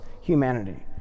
humanity